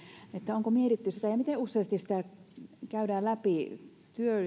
onko mietitty sitä ja miten useasti sitä käydään läpi